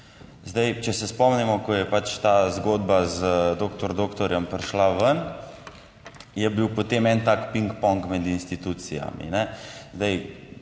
če se spomnimo, ko je pač ta zgodba z doktor doktorjem prišla ven, je bil potem en tak ping pong med institucijami.